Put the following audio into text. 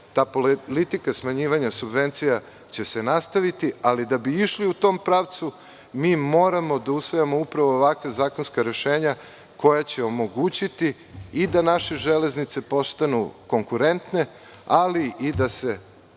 ta politika smanjivanja subvencija će se nastaviti, ali da bi išli u tom pravcu, mi moramo da usvajamo upravo ovakva zakonska rešenja koja će omogućiti i da naše železnice postanu konkurentne, ali i da se